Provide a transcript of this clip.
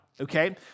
okay